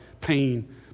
pain